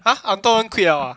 !huh! 很多人 quit 了 ah